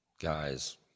guys